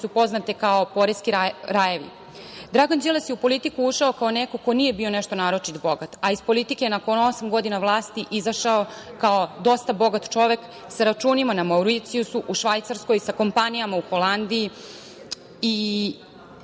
koje su poznate kao poreski rajevi? Dragan Đilas je u politiku ušao kao neko ko nije bio nešto naročit bogat, a iz politike je nakon osam godina vlasti izašao kao dosta bogat čovek, sa računima na Mauricijusu, u Švajcarskoj, sa kompanijama u Holandiji